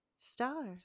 stars